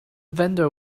vendor